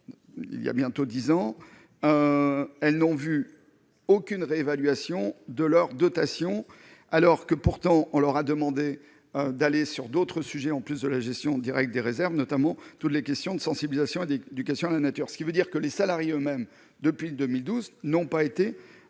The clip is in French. il y a bientôt 10 ans, elles n'ont vu aucune réévaluation de leur dotation alors que pourtant on leur a demandé d'aller sur d'autres sujets, en plus de la gestion directe des réserves notamment toutes les questions de sensibilisation et d'éducation à la nature, ce qui veut dire que les salariés eux-mêmes depuis 2012 n'ont pas été